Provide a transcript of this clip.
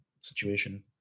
situation